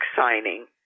signing